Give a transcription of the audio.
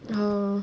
uh